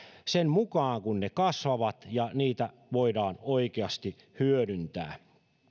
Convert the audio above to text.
sen mukaan kuin ne kasvavat ja niitä voidaan oikeasti hyödyntää